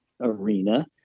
arena